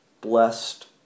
blessed